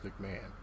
McMahon